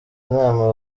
inama